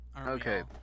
Okay